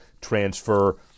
transfer